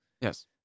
Yes